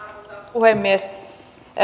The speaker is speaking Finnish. puhemies